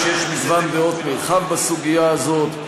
שיש מגוון דעות נרחב בסוגיה הזאת.